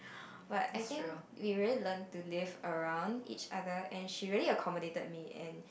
but I think we really learn to live around each other and she really accommodated me and